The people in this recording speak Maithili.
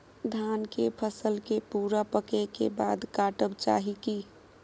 धान के फसल के पूरा पकै के बाद काटब चाही की?